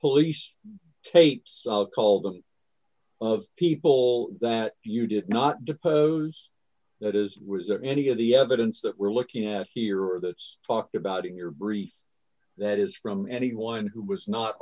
police tapes call them of people that you did not depose that is was there any of the evidence that we're looking at here or the talked about in your brief that is from anyone who was not